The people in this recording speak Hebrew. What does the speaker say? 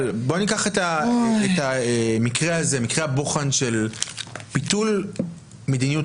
בוא ניקח את מקרה הבוחן של ביטול מדיניות